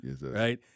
right